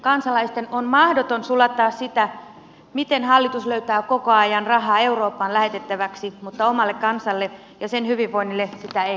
kansalaisten on mahdoton sulattaa sitä miten hallitus löytää koko ajan rahaa eurooppaan lähetettäväksi mutta omalle kansalle ja sen hyvinvoinnille sitä ei löydy